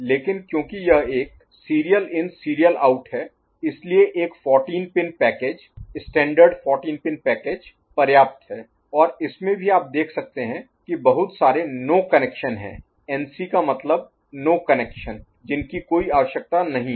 लेकिन क्योंकि यह एक सीरियल इन सीरियल आउट है इसलिए एक 14 pin package standard 14 pin package पर्याप्त है और इसमें भी आप देख सकते हैं कि बहुत सारे नो कनेक्शन हैं -NC का मतलब नो कनेक्शन जिनकी कोई आवश्यकता नहीं है